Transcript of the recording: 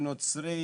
נוצרי,